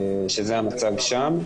שזה המצב שם.